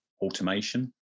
automation